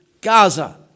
Gaza